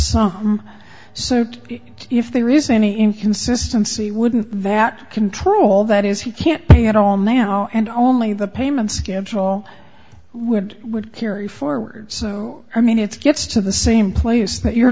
sum so if there is any inconsistency wouldn't that control that is he can't pay at all now and only the payment schedule would would carry forward so i mean it's gets to the same